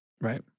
Right